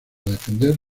defender